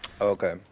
Okay